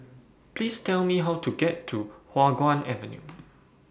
Please Tell Me How to get to Hua Guan Avenue